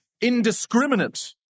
indiscriminate